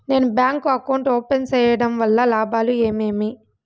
నేను bank account open సేయడం వల్ల లాభాలు ఏమేమి?